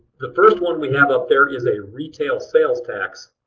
the first one we have up there is a retail sales tax